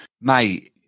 mate